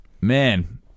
Man